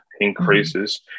increases